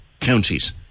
counties